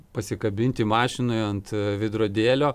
pasikabinti mašinoj ant veidrodėlio